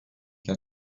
che